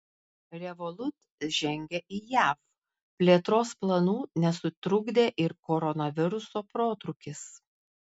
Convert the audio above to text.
revolut žengia į jav plėtros planų nesutrukdė ir koronaviruso protrūkis